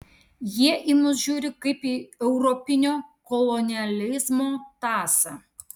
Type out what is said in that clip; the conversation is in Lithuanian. jie į mus žiūri kaip į europinio kolonializmo tąsą